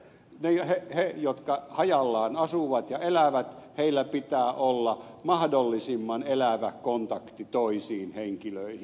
niillä jotka hajallaan asuvat ja elävät pitää olla mahdollisimman elävä kontakti toisiin henkilöihin